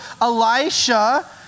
Elisha